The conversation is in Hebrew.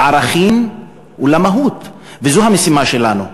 לערכים ולמהות, וזו המשימה שלנו.